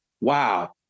wow